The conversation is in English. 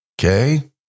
Okay